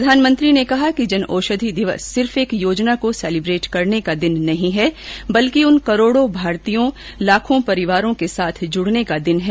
प्रधानमंत्री ने कहा कि जनऔषधि दिवस सिर्फ एक योजना को सेलिब्रेट करने का दिन नहीं है बल्कि उन करोड़ों भारतीयों लाखों परिवारों के साथ जुड़ने का दिन है